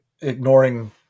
ignoring